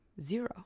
Zero